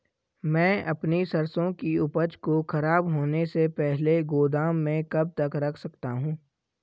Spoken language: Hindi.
मैं अपनी सरसों की उपज को खराब होने से पहले गोदाम में कब तक रख सकता हूँ?